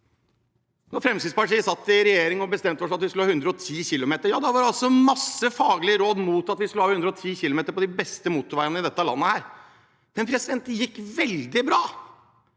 Da Fremskrittspartiet satt i regjering og vi bestemte oss for at vi skulle ha 110 km/t, var det mange faglige råd mot at vi skulle ha 110 km/t på de beste motorveiene i dette landet, men det gikk veldig bra.